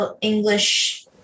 English